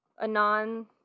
Anon